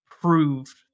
proved